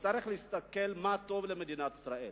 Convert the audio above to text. הוא צריך להסתכל מה טוב למדינת ישראל.